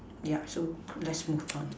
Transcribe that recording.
yeah so let's move on